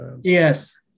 Yes